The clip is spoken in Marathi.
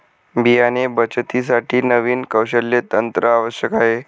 बियाणे बचतीसाठी नवीन कौशल्य तंत्र आवश्यक आहे